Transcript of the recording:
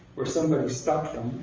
where somebody stuck them,